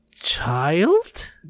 child